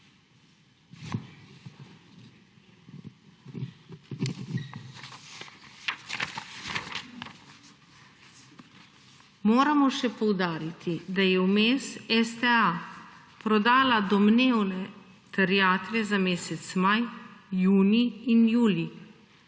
Moramo še poudariti, da je vmes STA prodala domnevne terjatve za mesec maj, junij in julij.